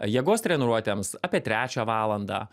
jėgos treniruotėms apie trečią valandą